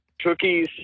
Cookies